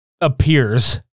appears